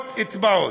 אצבעות.